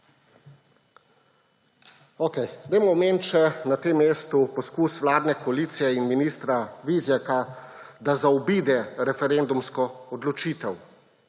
last. Omenimo še na tem mestu poskus vladne koalicije in ministra Vizjaka, da zaobide referendumsko odločitev.